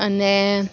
અને